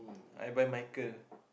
I will buy Michael